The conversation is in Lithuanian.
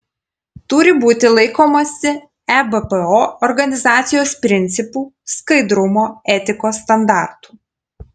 turi būti laikomasi ebpo organizacijos principų skaidrumo etikos standartų